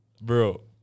bro